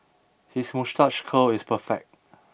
his moustache curl is perfect